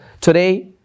today